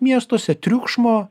miestuose triukšmo